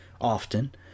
often